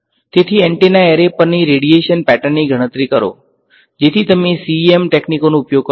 તેથી antenna array પરની radiation પેટર્નની ગણતરી કરો જેથી તમે CEM તકનીકોનો ઉપયોગ કરો